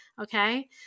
Okay